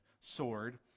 sword